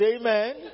Amen